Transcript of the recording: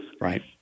right